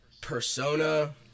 persona